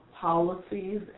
policies